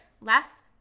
Less